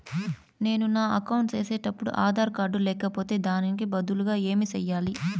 నేను నా అకౌంట్ సేసేటప్పుడు ఆధార్ కార్డు లేకపోతే దానికి బదులు ఏమి సెయ్యాలి?